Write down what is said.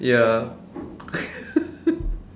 ya